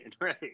right